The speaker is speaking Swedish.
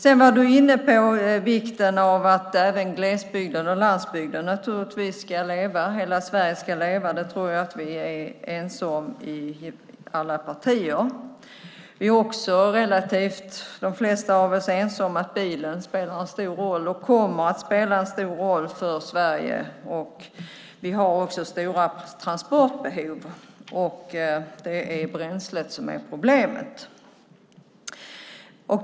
Du var inne på vikten av att även glesbygden och landsbygden ska leva. Hela Sverige ska leva. Det tror jag att vi i alla partier är ense om. De flesta av oss är också relativt ense om att bilen spelar och kommer att spela en stor roll för Sverige. Vi har också stora transportbehov, och det är bränslet som är problemet.